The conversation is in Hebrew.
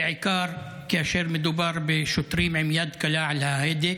בעיקר כאשר מדובר בשוטרים עם יד קלה על ההדק.